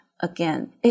again